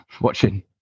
watching